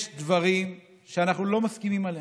יש דברים שאנחנו לא מסכימים עליהם.